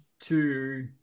two